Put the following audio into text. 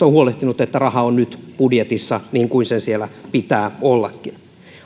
on huolehtinut että raha on nyt budjetissa niin kuin sen siellä pitää ollakin